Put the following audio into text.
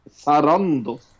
Sarandos